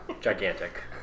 Gigantic